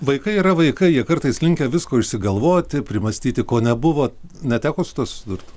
vaikai yra vaikai jie kartais linkę visko išsigalvoti primąstyti ko nebuvo neteko su tuo susidurt